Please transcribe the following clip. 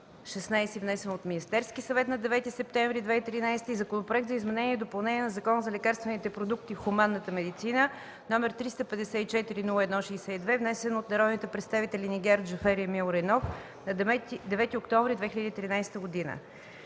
внесен от Министерския съвет на 9 септември 2013 г., и Законопроект за изменение и допълнение на Закона за лекарствените продукти в хуманната медицина, № 354 01 62, внесен от народните представители Нигяр Джафер и Емил Райнов на 9 октомври 2013 г.